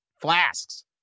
flasks